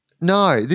No